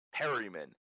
Perryman